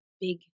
big